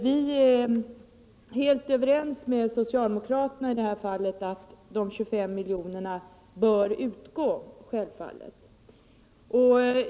Vi är i detta fall helt överens med socialdemokraterna om att de 25 miljonerna självfallet bör utgå.